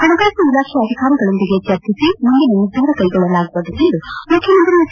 ಹಣಕಾಸು ಇಲಾಖೆಯ ಅಧಿಕಾರಿಗಳೊಂದಿಗೆ ಚರ್ಚಿಸಿ ಮುಂದಿನ ನಿರ್ಧಾರ ಕೈಗೊಳ್ಳಲಾಗುವುದು ಎಂದು ಮುಖ್ಯಮಂತ್ರಿ ಎಚ್